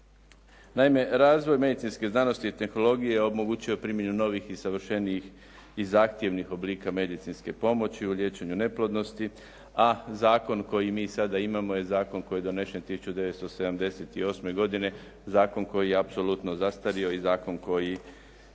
Naime, razvoj medicinske znanosti i tehnologije omogućio je primjenu novih i savršenijih i zahtjevnih oblika medicinske pomoći u liječenju neplodnosti, a zakon koji mi sada imamo je zakon koji je donesen 1978. godine, zakon koji je apsolutno zastario i zakon koji